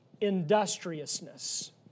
industriousness